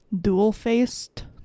dual-faced